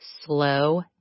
slow